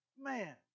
man